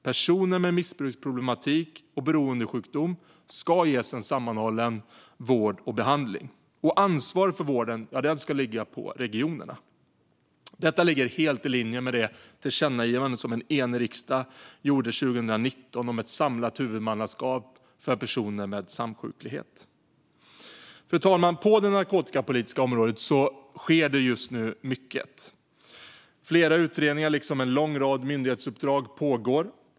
Personer med missbruksproblematik och beroendesjukdom ska ges en sammanhållen vård och behandling. Och ansvaret för vården ska ligga på regionerna. Detta ligger helt i linje med det tillkännagivande som en enig riksdag gjorde 2019 om ett samlat huvudmannaskap för personer med samsjuklighet. Fru talman! På det narkotikapolitiska området sker just nu mycket. Flera utredningar liksom en lång rad myndighetsuppdrag pågår.